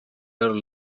better